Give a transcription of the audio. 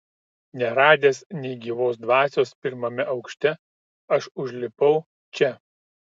neradęs nė gyvos dvasios pirmame aukšte aš užlipau čia